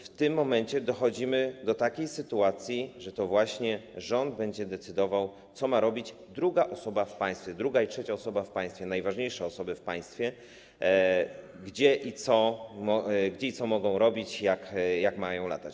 W tym momencie dochodzi do takiej sytuacji, że to rząd będzie decydował, co ma robić druga osoba w państwie, druga i trzecia osoba w państwie, najważniejsze osoby w państwie, gdzie i co mogą robić, jak mają latać.